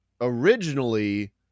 originally